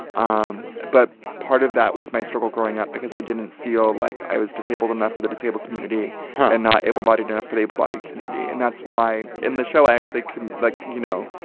um but part of that was my struggle growing up because i didn't feel like i was disabled enough for the disabled community and not able-bodied enough for the able-bodied community. and that's why, in the show, i actually like, you know,